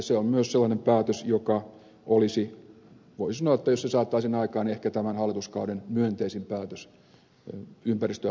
se on myös sellainen päätös voi sanoa jos se saataisiin aikaan joka olisi ehkä tämän hallituskauden myönteisin päätös ympäristö ja luontoalalla